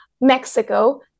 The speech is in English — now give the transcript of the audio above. Mexico